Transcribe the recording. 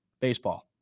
Baseball